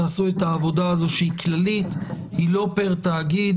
תעשו את העבודה הזו שהיא כללית, היא לא פר תאגיד.